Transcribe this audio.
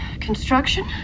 construction